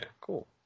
cool